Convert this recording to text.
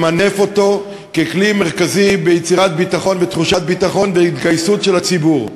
למנף אותו ככלי מרכזי ביצירת ביטחון ותחושת ביטחון והתגייסות של הציבור,